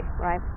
right